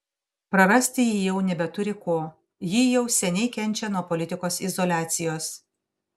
prarasti ji jau nebeturi ko ji jau seniai kenčia nuo politikos izoliacijos